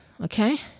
Okay